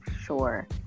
sure